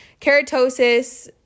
Keratosis